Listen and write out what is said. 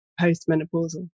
post-menopausal